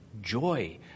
joy